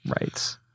Right